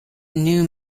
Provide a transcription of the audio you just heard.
new